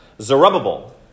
Zerubbabel